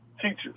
teachers